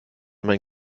mein